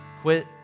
quit